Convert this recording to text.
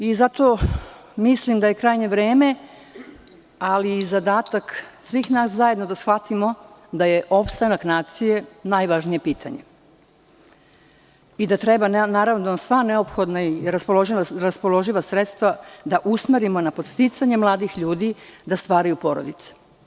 Mislim da je krajnje vreme, ali i zadatak svih nas zajedno da shvatimo da je opstanak nacije najvažnije pitanje i da treba sva neophodna i raspoloživa sredstava usmeriti na podsticanje mladih ljudi da stvaraju porodice.